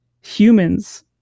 Humans